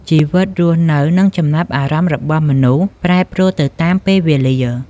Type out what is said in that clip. ជីវិតរស់នៅ និងចំណាប់អារម្មណ៍របស់មនុស្សប្រែប្រួលទៅតាមពេលវេលា។